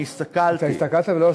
אני הסתכלתי.